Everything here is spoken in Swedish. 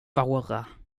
vara